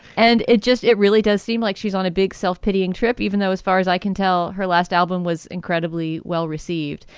and it just it really does seem like she's on a big self pitying trip, even though, as far as i can tell, her last album was incredibly well-received.